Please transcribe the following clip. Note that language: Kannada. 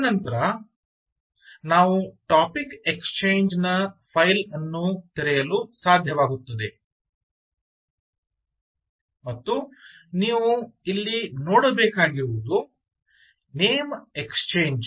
ತದನಂತರ ನಾವು ಟಾಪಿಕ್ ಎಕ್ಸ್ಚೇಂಜ್ ನ್ ಫೈಲ್ ಅನ್ನು ತೆರೆಯಲು ಸಾಧ್ಯವಾಗುತ್ತದೆ ಮತ್ತು ನೀವು ಇಲ್ಲಿ ನೋಡಬೇಕಾಗಿರುವುದು ನೇಮ್ ಎಕ್ಸ್ಚೇಂಜ್